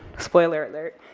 spoiler alert,